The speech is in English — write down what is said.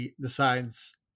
decides